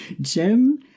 Jim